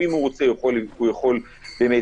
אם הוא רוצה, הוא יכול לבחור.